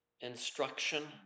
instruction